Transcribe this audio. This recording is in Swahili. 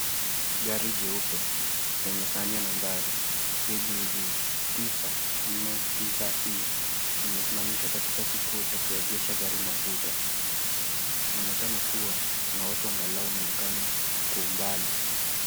Gari jeupe, lenye sahani ya nambari, KBV 949E, imesimamishwa katika kituo cha kuegesha gari mafuta. Kunaonekana kuwa, kuna watu angalau wanaonekana kwa umbali.